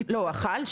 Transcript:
לא, אכל?